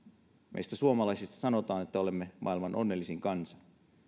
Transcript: meistä suomalaisista sanotaan että olemme maailman onnellisin kansa